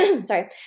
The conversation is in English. sorry